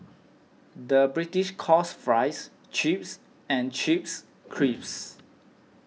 the British calls Fries Chips and Chips Crisps